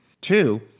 Two